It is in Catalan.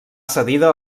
cedida